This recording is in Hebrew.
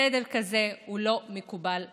סדר כזה לא מקובל עלינו.